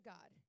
God